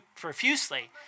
profusely